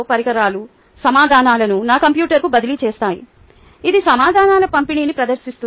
పరికరాలు సమాధానాలను నా కంప్యూటర్కు బదిలీ చేస్తాయి ఇది సమాధానాల పంపిణీని ప్రదర్శిస్తుంది